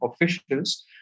officials